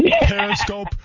Periscope